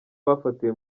bafatiwe